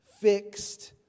fixed